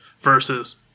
Versus